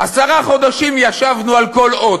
עשרה חודשים ישבנו על כל אות.